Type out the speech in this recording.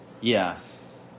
Yes